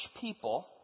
people